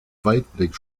waldblick